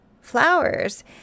flowers